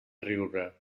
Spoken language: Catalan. riure